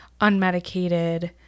unmedicated